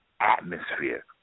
atmosphere